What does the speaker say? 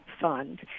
fund